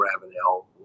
Ravenel